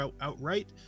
outright